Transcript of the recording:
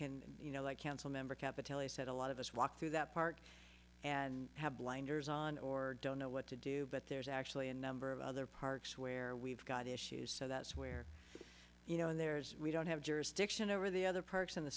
can you know like council member said a lot of us walk through that part and have blinders on or don't know what to do but there's actually a number of other parks where we've got issues so that's where you know there's we don't have jurisdiction over the other parks in the